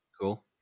Cool